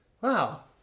wow